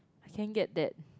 I can't get that